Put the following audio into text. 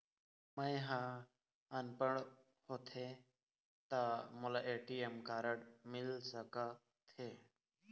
मैं ह अनपढ़ होथे ता मोला ए.टी.एम कारड मिल सका थे?